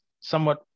somewhat